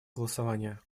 голосования